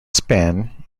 span